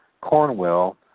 Cornwell